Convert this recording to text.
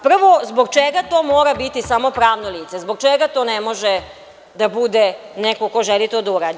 Prvo, zbog čega to mora biti samo pravno lice, zbog čega to ne može da bude neko ko želi to da uradi?